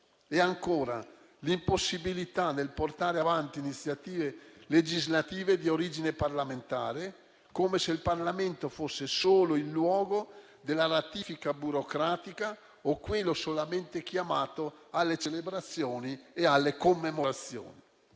segnalo l'impossibilità nel portare avanti iniziative legislative di origine parlamentare, come se il Parlamento fosse solo il luogo della ratifica burocratica o quello solamente chiamato alle celebrazioni e alle commemorazioni.